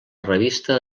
revista